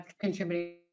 contributing